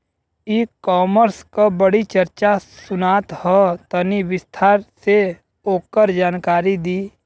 ई कॉमर्स क बड़ी चर्चा सुनात ह तनि विस्तार से ओकर जानकारी दी?